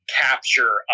capture